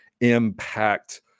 impact